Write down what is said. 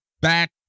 back